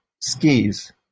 skis